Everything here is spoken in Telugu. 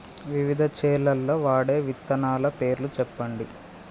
వివిధ చేలల్ల వాడే విత్తనాల పేర్లు చెప్పండి?